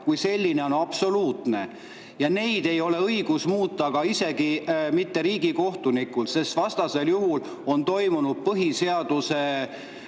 kui selline on absoluutne ja seda ei ole õigust muuta isegi mitte riigikohtunikel, vastasel juhul on toimunud põhiseaduse